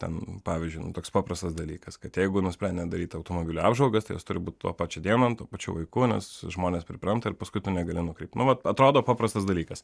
ten pavyzdžiui toks nu paprastas dalykas kad jeigu nusprendėm daryti automobilių apžvalgas tai jos turi būt tą pačią dieną tuo pačiu laiku nes žmonės pripranta ir paskui tu negali nukreipt nu vat atrodo paprastas dalykas